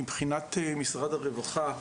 מבחינת משרד הרווחה,